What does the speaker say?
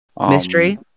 mystery